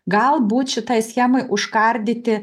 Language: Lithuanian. galbūt šitai schemai užkardyti